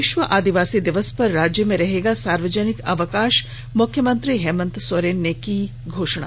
विश्व आदिवासी दिवस पर राज्य में रहेगा सार्वजनिक अवकाश मुख्यमंत्री हेमंत सोरेन की घोषणा